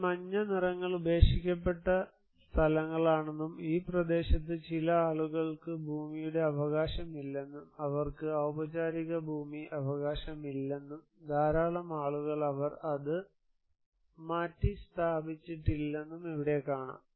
ഈ മഞ്ഞ നിറങ്ങൾ ഉപേക്ഷിക്കപ്പെട്ട സ്ഥലങ്ങളാണെന്നും ഈ പ്രദേശത്ത് ചില ആളുകൾക്ക് ഭൂമിയുടെ അവകാശമില്ലെന്നും അവർക്ക് ഔപചാരിക ഭൂമി അവകാശങ്ങളില്ലെന്നും ധാരാളം ആളുകൾ അവർ അത് മാറ്റിസ്ഥാപിച്ചിട്ടില്ലെന്നും ഇവിടെ കാണാം